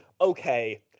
okay